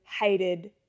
hated